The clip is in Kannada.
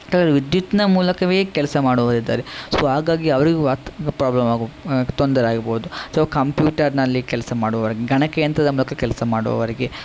ಕೆಲವರು ವಿದ್ಯುತ್ತಿನ ಮೂಲಕವೇ ಕೆಲಸ ಮಾಡುವವರಿದ್ದಾರೆ ಸೊ ಹಾಗಾಗಿ ಅವರಿಗೂ ಅತ್ ಪ್ರಾಬ್ಲಮ್ ಆಗು ತೊಂದರೆ ಆಗ್ಬೋದು ಸೊ ಕಂಪ್ಯೂಟರ್ನಲ್ಲಿ ಕೆಲಸ ಮಾಡುವವರು ಗಣಕಯಂತ್ರದ ಮೂಲಕ ಕೆಲಸ ಮಾಡುವವರಿಗೆ